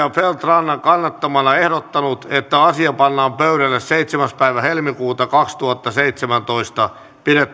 on maarit feldt rannan kannattamana ehdottanut että asia pannaan pöydälle seitsemäs toista kaksituhattaseitsemäntoista pidettävään